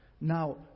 Now